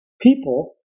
people